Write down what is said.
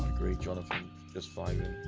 three jonathan is fine